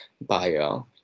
bio